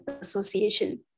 association